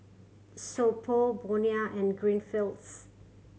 So Pho Bonia and Greenfields